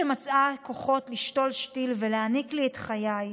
שמצאה כוחות לשתול שתיל ולהעניק לי את חיי,